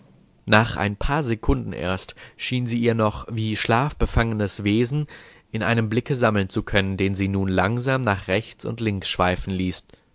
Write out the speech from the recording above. nach ein paar sekunden erst schien sie ihr noch wie schlafbefangenes wesen in einem blicke sammeln zu können den sie nun langsam nach rechts und links schweifen ließ